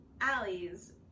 alleys